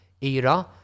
era